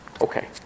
Okay